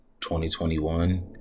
2021